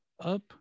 up